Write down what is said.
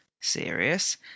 Serious